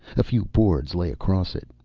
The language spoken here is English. a few boards lay across it.